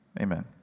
Amen